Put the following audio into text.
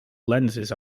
lenses